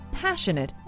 passionate